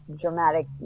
dramatic